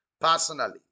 personally